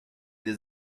des